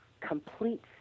complete